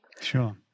Sure